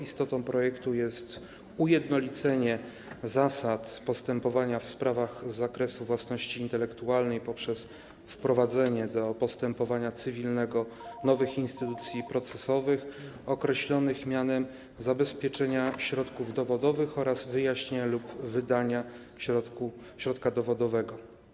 Istotą projektu jest ujednolicenie zasad postępowania w sprawach z zakresu własności intelektualnej poprzez wprowadzenie do postępowania cywilnego nowych instytucji procesowych określonych mianem zabezpieczenia środków dowodowych oraz wyjawienia lub wydania środka dowodowego.